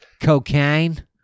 Cocaine